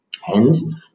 Hence